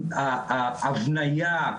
ההבניה,